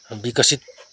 विकसित